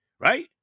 Right